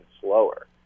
slower